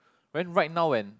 when right now when